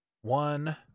one